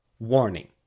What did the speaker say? Warning